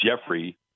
Jeffrey